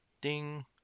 Ding